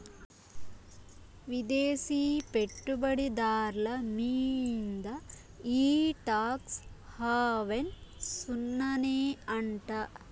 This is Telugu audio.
విదేశీ పెట్టుబడి దార్ల మీంద ఈ టాక్స్ హావెన్ సున్ననే అంట